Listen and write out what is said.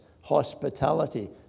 hospitality